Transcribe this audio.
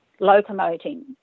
locomoting